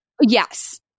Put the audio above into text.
yes